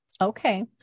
Okay